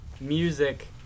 music